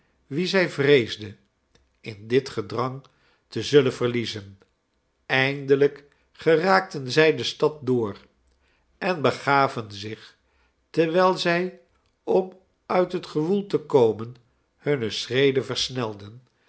wien zij vreesde in dit gedrang te zullen verliezen eindelijk geraakten zij de stad door en begaven zich terwijl zij om uit het gewoel te komen hunne schreden versnelden